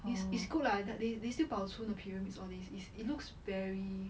it's it's good lah they they still 保存 the pyramid all this is it looks very